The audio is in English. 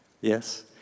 Yes